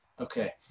Okay